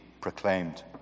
proclaimed